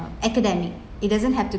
uh academic it doesn't have to